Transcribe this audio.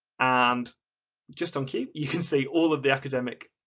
and just on cue, you can see all of the academic,